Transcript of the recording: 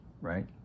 Right